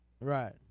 right